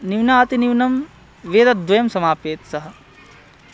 न्यूनातिन्यूनं वेदद्वयं समापयेत् सः